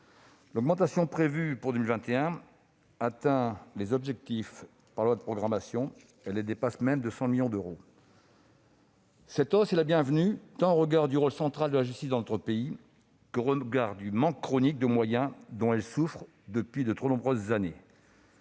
La hausse prévue pour 2021 atteint les objectifs fixés par la loi de programmation ; elle les dépasse même de 100 millions d'euros. Cette trajectoire est la bienvenue au regard tant du rôle central de la justice dans notre pays que du manque chronique de moyens dont elle souffre depuis de trop nombreuses années.